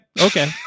okay